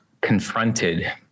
confronted